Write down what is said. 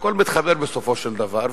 הכול מתחבר בסופו של דבר,